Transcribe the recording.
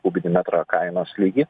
kubinį metrą kainos lygį